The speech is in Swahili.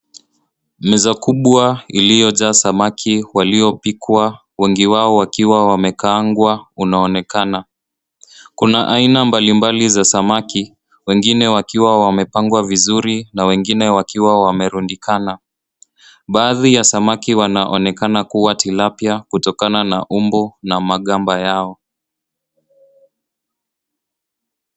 Meza kubwa, iliyojaa samaki waliopikwa, wengi wao wakiwa wamekaangwa, unaonekana. Kuna aina mbalimbali za samaki, wengine wakiwa wamepangwa vizuri na wengine wakiwa wamerundikana. Baadhi ya samaki wanaonekana kuwa Tilapia, kutokana na umbo na magamba yao.